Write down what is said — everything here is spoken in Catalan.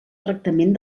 tractament